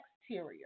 exterior